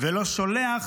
ולא שולח